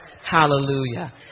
Hallelujah